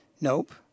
Nope